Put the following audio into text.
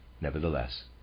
nevertheless